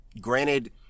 granted